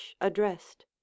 addressed